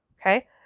Okay